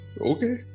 Okay